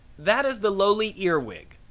that is the lowly ear wig.